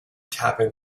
tapping